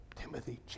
Timothy